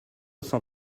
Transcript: cent